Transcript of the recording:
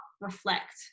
reflect